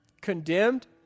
condemned